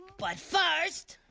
but first?